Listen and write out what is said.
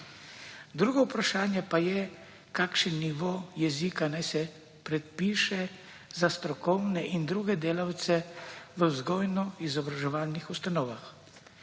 Drugo vprašanje pa je, kakšen nivo jezika naj se predpiše za strokovne in druge delavce v vzgojno-izobraževalnih ustanovah.